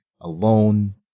alone